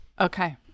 Okay